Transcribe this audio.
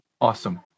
Awesome